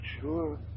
sure